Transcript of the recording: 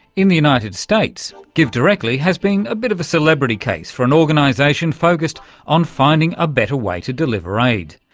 in the united states, givedirectly has been a bit of celebrity case for an organisation focussed on finding a better way to deliver aid,